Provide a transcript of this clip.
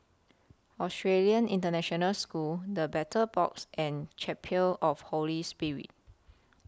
Australian International School The Battle Box and Chapel of Holy Spirit